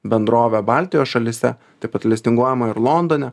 bendrove baltijos šalyse taip pat listinguojama ir londone